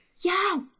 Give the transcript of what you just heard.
Yes